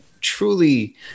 truly